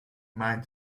mind